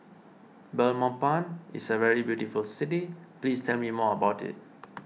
Belmopan is a very beautiful city please tell me more about it